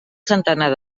centenar